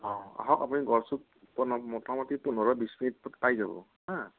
অঁ আহক আপুনি গড়চুক পো মোটামটি পোন্ধৰ বিশ মিনিটত পাই যাব হা